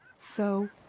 so,